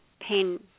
pain